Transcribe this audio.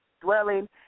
dwelling